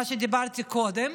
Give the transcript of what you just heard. מה שאמרתי קודם,